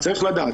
צריך לדעת,